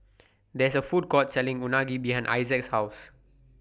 There IS A Food Court Selling Unagi behind Issac's House